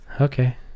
okay